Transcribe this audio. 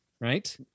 right